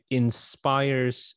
inspires